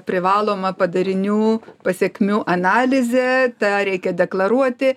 privaloma padarinių pasekmių analizė tą reikia deklaruoti